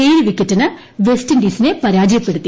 ഏഴ് വിക്കറ്റിന് വെസ്റ്റിന്റീസിനെ പരാജയപ്പെടുത്തി